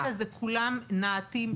למטה כולם נע"תים.